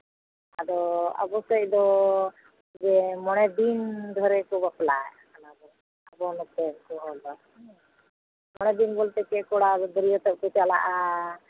ᱟᱫᱚ ᱟᱵᱚ ᱥᱮᱜ ᱫᱚ ᱡᱮ ᱢᱚᱬᱮ ᱫᱤᱱ ᱫᱷᱚᱨᱮ ᱠᱚ ᱵᱟᱯᱞᱟᱜᱼᱟ ᱠᱟᱱᱟ ᱵᱚᱞᱮ ᱟᱵᱚ ᱱᱚᱛᱮᱱ ᱠᱚ ᱦᱚᱲᱫᱚ ᱦᱮᱸ ᱢᱚᱬᱮ ᱫᱤᱱ ᱵᱚᱞᱛᱮ ᱠᱚᱲᱟ ᱫᱚ ᱵᱟᱹᱨᱭᱟᱹᱛᱚᱜ ᱠᱚ ᱪᱟᱞᱟᱜᱼᱟ